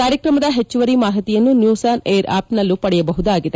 ಕಾರ್ಯಕ್ರಮದ ಹೆಚ್ಚುವರಿ ಮಾಹಿತಿಯನ್ನು ನ್ಕೂಸ್ ಆನ್ ಏರ್ ಆ್ಕಪ್ನಲ್ಲೂ ಪಡೆಯಬಹುದಾಗಿದೆ